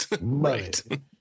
Right